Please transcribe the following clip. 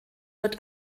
wird